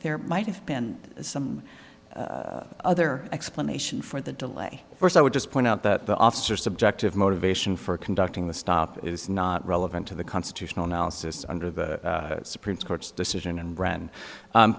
there might have been some other explanation for the delay first i would just point out that the officer subjective motivation for conducting the stop is not relevant to the constitutional analysis under the supreme court's decision and brand